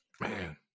Man